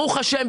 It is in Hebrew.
ברוך השם,